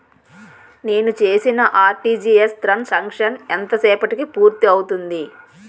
నేను చేసిన RTGS transaction ఎంత సేపటికి పూర్తి అవుతుంది?